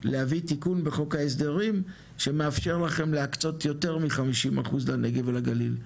להביא תיקון בחוק ההסדרים שמאפשר לכם להקצות יותר מ- 50% לנגב ולגליל.